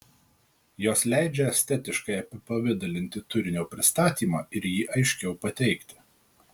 jos leidžia estetiškai apipavidalinti turinio pristatymą ir jį aiškiau pateikti